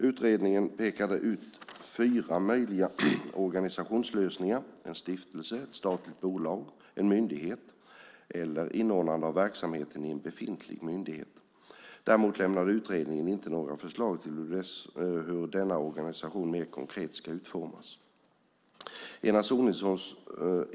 Utredningen pekade ut fyra möjliga organisationslösningar: en stiftelse, ett statligt bolag, en ny myndighet eller inordnande av verksamheten i en befintlig myndighet. Däremot lämnade utredningen inte några förslag till hur denna organisation mer konkret ska utformas.